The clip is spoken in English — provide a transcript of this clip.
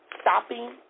stopping